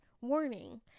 warning